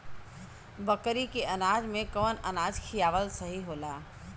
बकरी के अनाज में कवन अनाज खियावल सही होला?